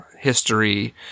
history